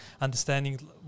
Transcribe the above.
understanding